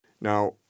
Now